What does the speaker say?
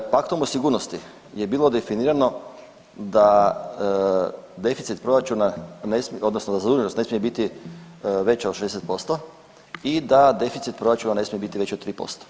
Paktom o sigurnosti je bilo definirano da deficit proračuna odnosno da zaduženost ne smije biti veća od 60% i da deficit proračuna ne smije biti veći od 3%